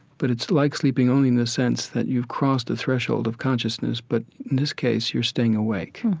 but it's like sleeping only in the sense that you've crossed the threshold of consciousness but in this case you're staying awake